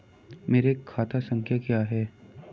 मेरा खाता संख्या क्या है?